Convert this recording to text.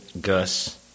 Gus